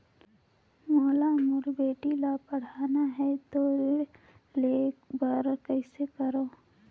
मोला मोर बेटी ला पढ़ाना है तो ऋण ले बर कइसे करो